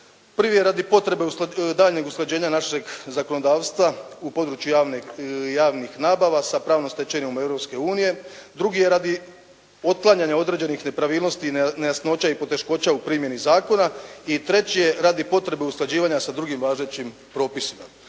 Prvi je radi potrebe daljnjeg usklađenja našeg zakonodavstva u području javnih nabava sa pravnom stečevinom Europske unije. Drugi je radi otklanjanja određenih nepravilnosti i nejasnoća i poteškoća u primjeni zakona. I treći je radi potrebe usklađivanja sa drugim važećim propisima.